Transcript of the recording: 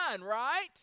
right